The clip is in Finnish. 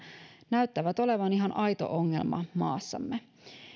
näyttävät olevan ihan aito ongelma maassamme